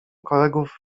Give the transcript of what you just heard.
kolegów